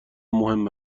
مهم